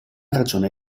ragione